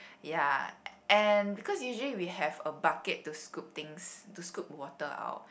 ya and because usually we have a bucket to scoop things to scoop water out